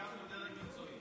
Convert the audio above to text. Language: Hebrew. דרג מקצועי.